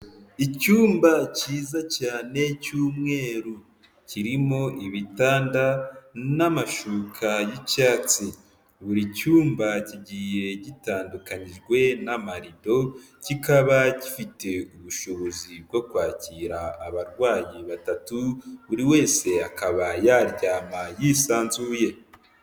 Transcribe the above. Icyumba cyiza cyane cy'umweru, kirimo ibitanda n'amashuka y'icyatsi, buri cyumba kigiye gitandukanijwe n'amarido, kikaba gifite ubushobozi bwo kwakira abarwayi batatu, buri wese akaba yaryama yisanzuye.